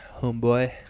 homeboy